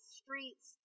streets